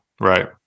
Right